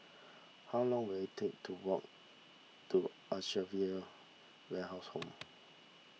how long will it take to walk to well house Home